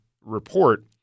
report